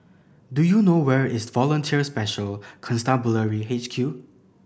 do you know where is Volunteer Special Constabulary H Q